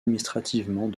administrativement